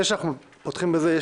שאנחנו פותחים בזה,